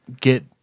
get